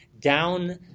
down